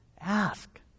ask